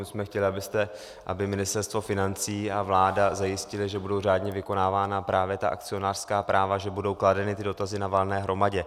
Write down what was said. My jsme chtěli, aby Ministerstvo financí a vláda zajistily, že budou řádně vykonávána právě ta akcionářská práva, že budou kladeny ty dotazy na valné hromadě.